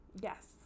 Yes